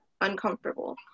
uncomfortable